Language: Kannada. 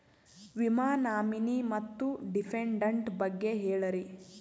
ವಿಮಾ ನಾಮಿನಿ ಮತ್ತು ಡಿಪೆಂಡಂಟ ಬಗ್ಗೆ ಹೇಳರಿ?